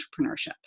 entrepreneurship